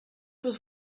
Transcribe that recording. was